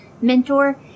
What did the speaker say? mentor